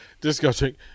disgusting